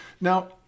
Now